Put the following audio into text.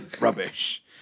Rubbish